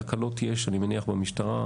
תקלות יש, אני מניח, במשטרה.